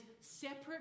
separate